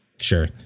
Sure